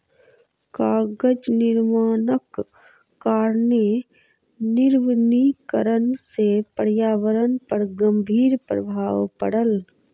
कागज निर्माणक कारणेँ निर्वनीकरण से पर्यावरण पर गंभीर प्रभाव पड़ल